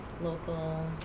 local